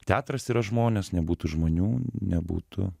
teatras yra žmonės nebūtų žmonių nebūtų